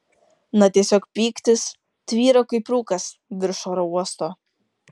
na tiesiog pyktis tvyro kaip rūkas virš oro uosto